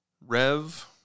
Rev